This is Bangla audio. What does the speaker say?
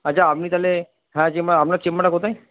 আচ্ছা আপনি তাহলে হ্যাঁ চেম্বার আপনার চেম্বারটা কোথায়